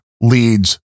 leads